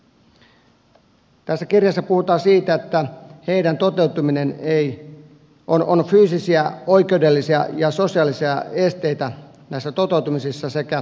tässä kirjassa puhutaan siitä että näiden toteutumisessa on fyysisiä oikeudellisia ja sosiaalisia esteitä sekä kohtuullisten mukautusten puutteita